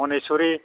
मनेश्व'रि